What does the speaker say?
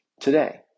today